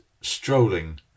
strolling